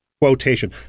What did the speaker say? quotation